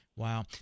Wow